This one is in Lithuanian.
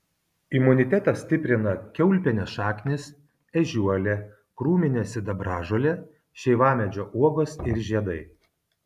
imunitetą stiprina kiaulpienės šaknys ežiuolė krūminė sidabražolė šeivamedžio uogos ir žiedai